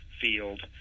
field